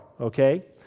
okay